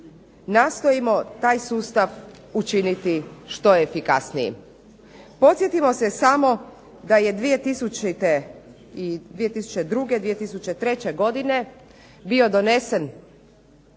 nastojimo taj sustav učiniti što efikasnijim. Podsjetimo se da je 2000., 2002., 2003. godine bio donesene